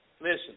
Listen